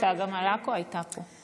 צגה מלקו הייתה פה.